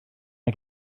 mae